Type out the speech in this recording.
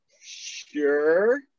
sure